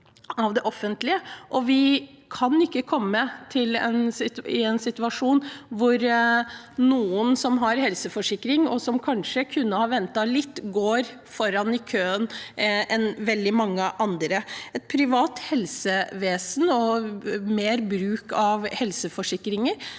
Vi kan ikke komme i en situasjon hvor noen som har helseforsikring og kanskje kunne ha ventet litt, går foran veldig mange andre i køen. Et privat helsevesen og mer bruk av helseforsikringer